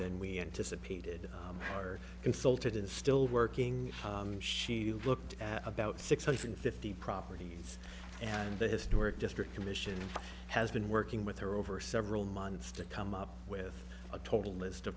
than we anticipated or consulted and still working she looked at about six hundred fifty properties and the historic district commission has been working with her over several months to come up with a total list